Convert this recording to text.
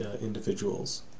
individuals